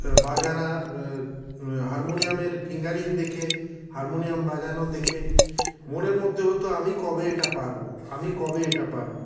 বাজানা হারমোনিয়ামের ফিঙ্গারিং দেখে হারমোনিয়াম বাজানো দেখে মনের মধ্যে হত আমি কবে এটা পারব আমি কবে এটা পারব